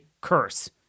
curse